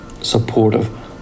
supportive